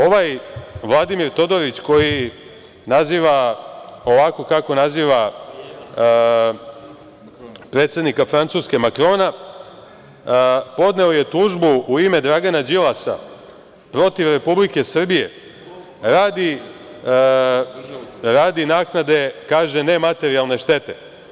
Ovaj Vladimir Todorić, koji naziva ovako kako naziva predsednika Francuske Makrona, podneo je tužbu u ime Dragana Đilasa protiv Republike Srbije radi naknade, kaže, nematerijalne štete.